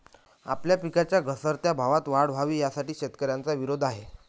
आपल्या पिकांच्या घसरत्या भावात वाढ व्हावी, यासाठी शेतकऱ्यांचा विरोध आहे